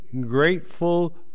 grateful